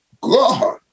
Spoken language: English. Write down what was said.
God